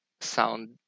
sound